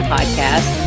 Podcast